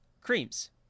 creams